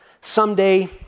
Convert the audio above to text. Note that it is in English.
Someday